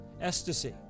ecstasy